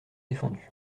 défendus